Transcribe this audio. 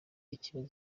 ikibazo